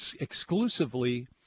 exclusively